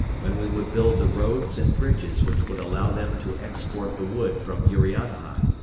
when we would build the roads and bridges which would allow them to export the wood from urianhai,